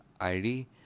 ID